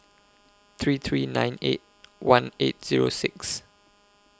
three three nine eight one eight Zero six